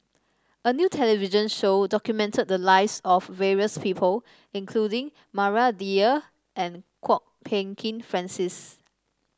a new television show documented the lives of various people including Maria Dyer and Kwok Peng Kin Francis